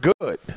good